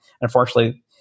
Unfortunately